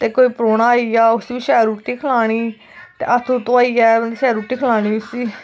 ते कोई परौह्ना आई जा उसी बी शैल रुट्टी खलानी ते शैल हत्थ हुत्थ धोआइयै रुट्टी खलाओ रुट्टी